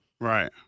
Right